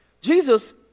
Jesus